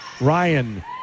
Ryan